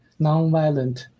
nonviolent